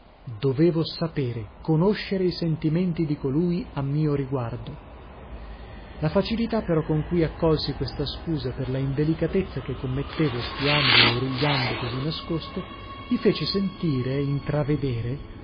dovevo sapere conoscere i sentimenti di colui a mio riguardo la facilità però con cui accolsi questa scusa per la indelicatezza che commettevo spiando e origliando così nascosto mi fece sentire intravedere